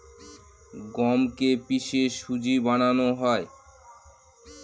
গমকে কে পিষে সুজি বানানো হয়